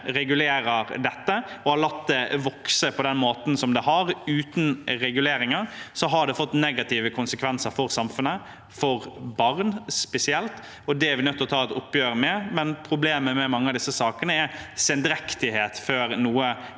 regulert dette, men har latt det vokse på den måten det har, uten reguleringer, har det fått negative konsekvenser for samfunnet, spesielt for barn, og det er vi nødt til å ta et oppgjør med. Problemet med mange av disse sakene er sendrektighet før noe